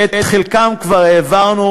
שאת חלקם כבר העברנו,